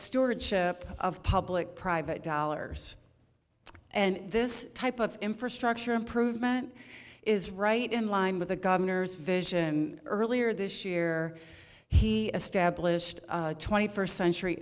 stewardship of public private dollars and this type of infrastructure improvement is right in line with the governor's vision earlier this year he established twenty first century